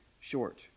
short